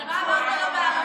אבל מה אמרת לו בערבית?